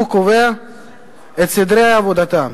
וקובע את סדרי עבודתה.